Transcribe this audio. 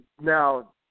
Now